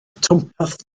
twmpath